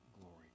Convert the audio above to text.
glory